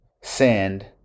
send